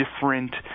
different